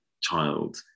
child